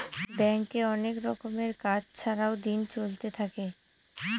ব্যাঙ্কে অনেক রকমের কাজ ছাড়াও দিন চলতে থাকে